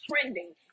trending